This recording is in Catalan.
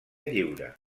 lliure